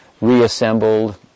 reassembled